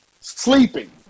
Sleeping